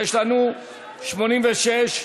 מה 86,